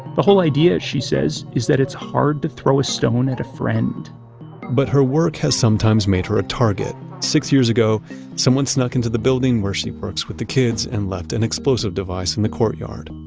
the whole idea she says is that it's hard to throw a stone at a friend but her work has sometimes made her a target. six years ago someone snuck into the building where she works with the kids and left an explosive device in the courtyard.